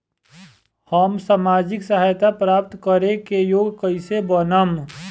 हम सामाजिक सहायता प्राप्त करे के योग्य कइसे बनब?